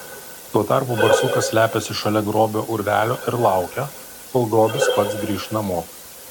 tuo tarpu barsukas slepiasi šalia grobio urvelio ir laukia kol grobis pats grįš namo